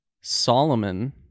Solomon